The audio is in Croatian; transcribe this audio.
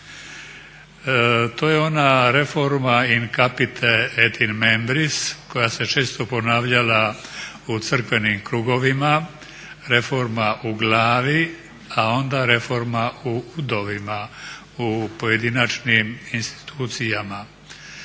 To je ona reforma in capite et in membris koja se često ponavljala u crkvenim krugovima, reforma u glavi a onda reforma u udovima u pojedinačnim institucijama.